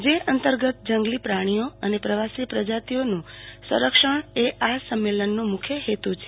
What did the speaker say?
જે અંતર્ગત જંગલી પ્રાણીઓ અને પ્રવાસી પ્રજાતીયોનું સંરક્ષણ એ આ સંમેલનનો મુખ્ય હેતુ છે